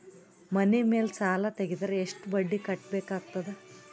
ಮನಿ ಮೇಲ್ ಸಾಲ ತೆಗೆದರ ಎಷ್ಟ ಬಡ್ಡಿ ಕಟ್ಟಬೇಕಾಗತದ?